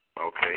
Okay